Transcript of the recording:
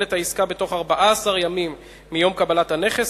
את העסקה בתוך 14 ימים מיום קבלת הנכס,